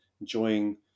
enjoying